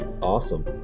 Awesome